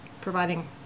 providing